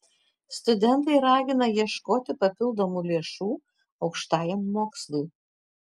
studentai ragina ieškoti papildomų lėšų aukštajam mokslui